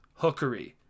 Hookery